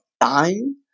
dying